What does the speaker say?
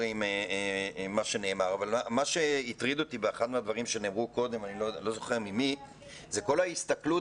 מה שהטריד אותי באחד הדברים שנאמרו קודם זה כל ההסתכלות